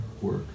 work